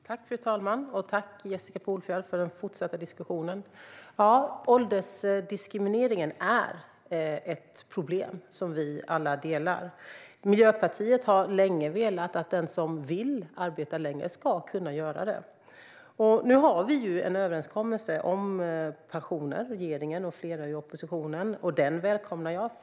Fru talman! Tack, Jessica Polfjärd, för den fortsatta diskussionen! Ja, åldersdiskrimineringen är ett problem som vi alla delar. Miljöpartiet har länge velat att den som vill arbeta längre ska kunna göra det. Nu har regeringen och flera i oppositionen en överenskommelse om pensioner. Den välkomnar jag.